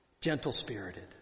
Gentle-spirited